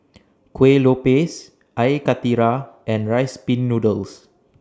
Kuih Lopes Air Karthira and Rice Pin Noodles